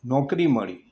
નોકરી મળી